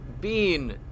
Bean